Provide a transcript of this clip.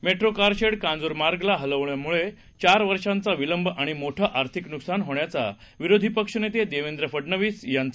metro car shed कांजूस्मार्गला हलवल्यामुळे चार वर्षाचा विलंब आणि मोठं आर्थिक नुकसान होण्याचा विरोधी पक्षनेते देवेंद्र फडनवीस याचा